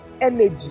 energy